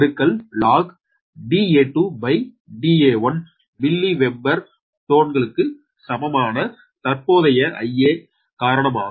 4605 Ia log Da2 Da1மில்லி weber டன்களுக்கு சமமான தற்போதைய Iais காரணமாகும்